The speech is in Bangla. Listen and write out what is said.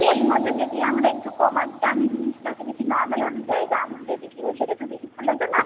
ওরই মধ্যে যদি আমরা একটু কমার দামি জিনিসটাকে যদি নর্মাল অনুযায়ী দাম অনুযায়ী বিক্রি করি সেটা একটু বেশি ভালো হতো না